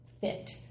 fit